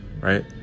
right